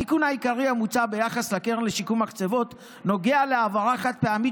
התיקון העיקרי המוצע ביחס לקרן לשיקום מחצבות נוגע להעברה חד-פעמית